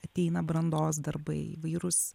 ateina brandos darbai įvairūs